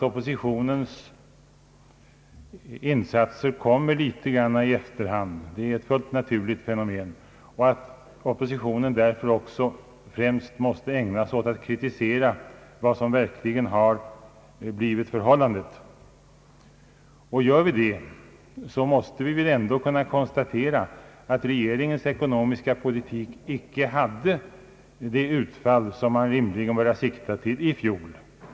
Oppositionens insatser kommer lätt litet i efterhand. Det är ett helt naturligt fenomen, och oppositionen måste därför främst ägna sig åt att kritisera vad som verkligen blivit resultaten. Gör vi det måste vi konstatera att regeringens ekonomiska politik icke fick det utfall som regeringen rimligen borde ha siktat till i fjol.